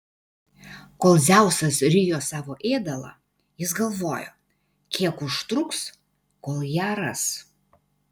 kol dzeusas rijo savo ėdalą jis galvojo kiek užtruks kol ją ras